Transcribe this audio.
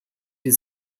die